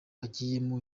agiyemo